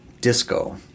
Disco